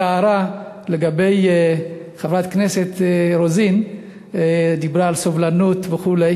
רק הערה לחברת הכנסת רוזין שדיברה על סובלנות וכו'.